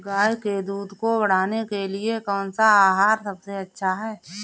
गाय के दूध को बढ़ाने के लिए कौनसा आहार सबसे अच्छा है?